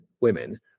women